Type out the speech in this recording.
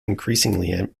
increasingly